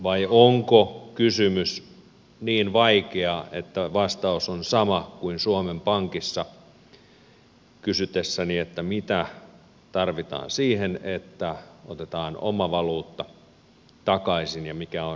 vai onko kysymys niin vaikea että vastaus on sama kuin suomen pankissa kysyessäni mitä tarvitaan siihen että otetaan oma valuutta takaisin ja mikä on se aikataulu